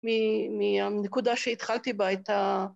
מהנקודה שהתחלתי בה הייתה...